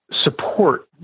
support